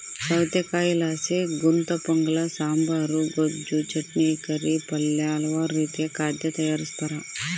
ಸೌತೆಕಾಯಿಲಾಸಿ ಗುಂತಪೊಂಗಲ ಸಾಂಬಾರ್, ಗೊಜ್ಜು, ಚಟ್ನಿ, ಕರಿ, ಪಲ್ಯ ಹಲವಾರು ರೀತಿಯ ಖಾದ್ಯ ತಯಾರಿಸ್ತಾರ